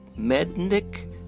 Mednick